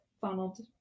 funneled